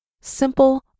simple